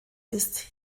ist